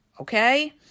okay